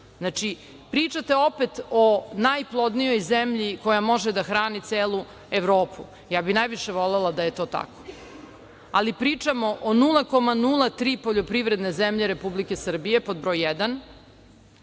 biti. Znači, pričate opet o najplodnijoj zemlji koja može da hrani celu Evropu. Ja bih najviše volela da je to tako. Ali, pričamo o 0,03 poljoprivredne zemlje Republike Srbije pod broj